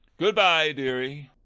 good-bye, deary.